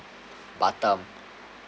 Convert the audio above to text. batam